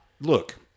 Look